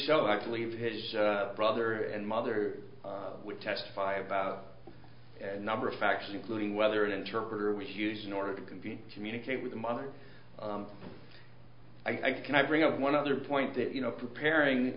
so i believe his brother and mother would testify about a number of factors including whether an interpreter was used in order to compete communicate with the mother i can i bring up one other point that you know preparing